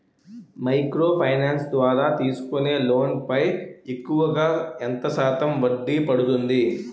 Micro finance ద్వారా తీసుకునే loan పై ఎక్కువుగా ఎంత శాతం వడ్డీ పడుతుంది?